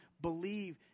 believe